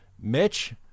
Mitch